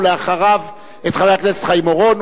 חבר הכנסת חיים אורון,